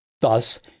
Thus